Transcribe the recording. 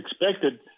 expected